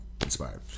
inspired